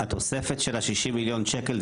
התוספת של ה- 60 מיליון ש"ח,